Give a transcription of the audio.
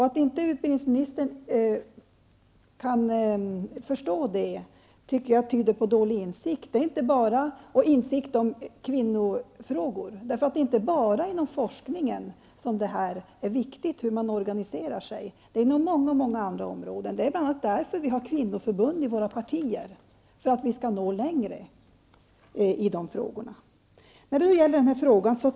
Att inte utbildningsministern kan förstå detta, tyder enligt min uppfattning på dålig insikt i kvinnofrågor. Det är inte bara inom forskningen som det är viktigt hur man organiserar sig, utan det gäller även många många andra områden. Det är bl.a. av den anledningen, för att vi skall nå längre i dessa frågor, som vi har kvinnoförbund i våra partier.